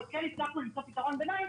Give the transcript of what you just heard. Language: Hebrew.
אבל כן הצלחנו למצוא פתרון ביניים,